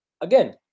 Again